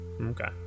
Okay